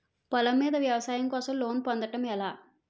పొలం మీద వ్యవసాయం కోసం లోన్ పొందటం ఎలా?